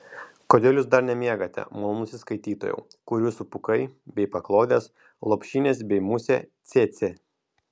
kodėl jūs dar nemiegate malonusis skaitytojau kur jūsų pūkai bei paklodės lopšinės bei musė cėcė